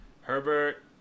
Herbert